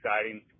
exciting